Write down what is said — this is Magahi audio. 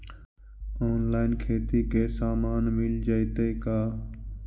औनलाइन खेती के सामान मिल जैतै का?